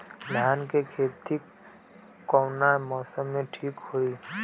धान के खेती कौना मौसम में ठीक होकी?